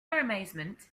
amazement